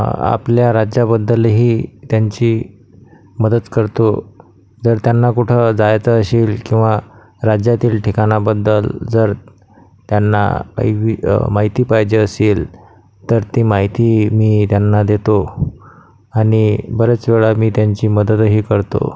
आपल्या राज्याबद्दलही त्यांची मदत करतो जर त्यांना कुठं जायाचं असेल किंवा राज्यातील ठिकाणाबद्दल जर त्यांना अइवी माहिती पाहिजे असेल तर ती माहिती मी त्यांना देतो आणि बरेच वेळा मी त्यांची मदतही करतो